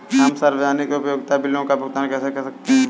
हम सार्वजनिक उपयोगिता बिलों का भुगतान कैसे कर सकते हैं?